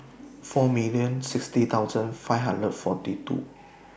four million sixty thousand five hundred forty two